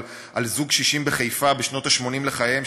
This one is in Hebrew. על זוג קשישים בחיפה בשנות ה-80 לחייהם,